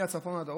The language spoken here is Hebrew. מהצפון עד לדרום.